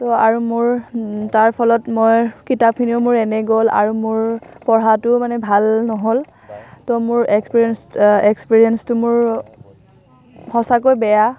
ত' আৰু মোৰ তাৰ ফলত মই কিতাপখিনিও মোৰ এনেই গ'ল আৰু মোৰ পঢ়াটোও মানে ভাল নহ'ল ত' মোৰ এক্সপেৰিয়েঞ্চ এক্সপেৰিয়েঞ্চটো মোৰ সঁচাকৈ বেয়া